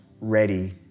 ready